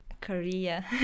korea